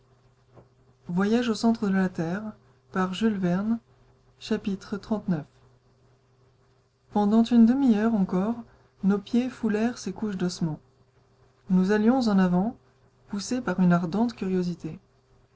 xxxix pendant une demi-heure encore nos pieds foulèrent ces couches d'ossements nous allions en avant poussés par une ardente curiosité